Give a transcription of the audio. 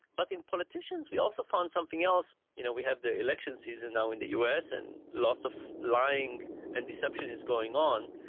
but in politicians we also found something else. you know we have the election season now in the us and lots of lying and deception is going on,